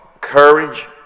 courage